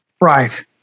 Right